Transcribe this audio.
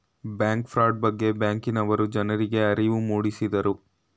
bank fraud ಬಗ್ಗೆ ಬ್ಯಾಂಕಿನವರು ಜನರಿಗೆ ಅರಿವು ಮೂಡಿಸಿದರು